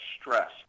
stress